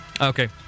Okay